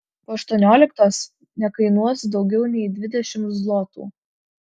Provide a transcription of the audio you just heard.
po aštuonioliktos nekainuos daugiau nei dvidešimt zlotų